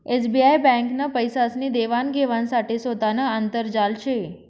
SBI ब्यांकनं पैसासनी देवान घेवाण साठे सोतानं आंतरजाल शे